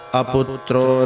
aputro